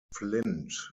flint